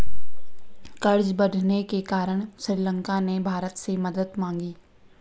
कर्ज बढ़ने के कारण श्रीलंका ने भारत से मदद मांगी